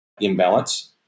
imbalance